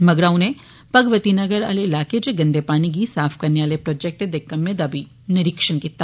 मगरा उनें भगवती नगर इलाके च गंदे पानी गी साफ करने आले प्रोजैक्ट दे कम्मै दा बी निरीक्षण कीता